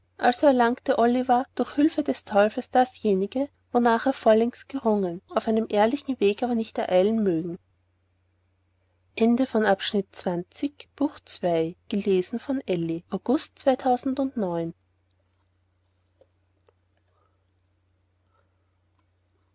erlangte olivier durch hülfe des teufels dasjenige wornach er vorlängst gerungen auf einem ehrlichen weg aber nicht ereilen mögen